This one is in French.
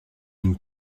nous